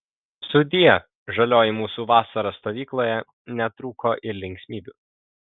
sudie žalioji mūsų vasara stovykloje netrūko ir linksmybių